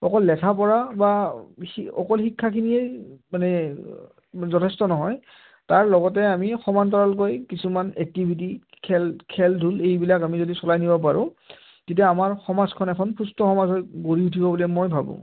অকল লেখা পঢ়া বা অকল শিক্ষাখিনিয়েই মানে যথেষ্ট নহয় তাৰ লগতে আমি সমান্তৰালকৈ কিছুমান এক্টিভিটি খেল খেল ধূল এইবিলাক আমি যদি চলাই নিব পাৰোঁ তেতিয়া আমাৰ সমাজখন এখন সুস্থ সমাজত গঢ়ি উঠিব বুলি মই ভাবোঁ